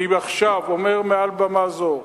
אני עכשיו אומר מעל במה זו,